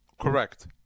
Correct